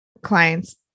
clients